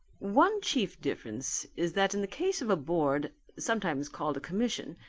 one chief difference is that in the case of a board, sometimes called a commission,